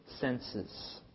senses